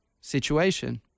situation